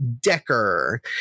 Decker